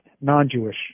non-Jewish